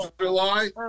July